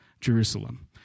Jerusalem